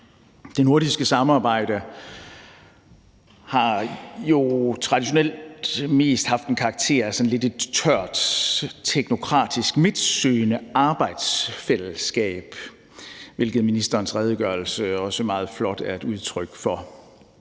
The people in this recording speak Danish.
Det nordiske samarbejde har jo traditionelt mest haft en karakter af sådan et tørt, teknokratisk, midtsøgende arbejdsfællesskab, hvilket ministerens redegørelse også meget flot er et udtryk for.